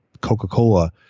Coca-Cola